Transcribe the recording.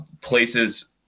places